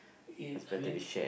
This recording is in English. If I mean